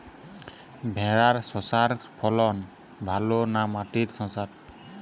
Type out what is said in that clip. ভেরার শশার ফলন ভালো না মাটির শশার?